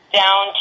down